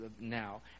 now